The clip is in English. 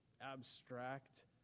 abstract